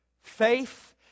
Faith